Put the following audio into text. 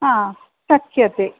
आ शक्यते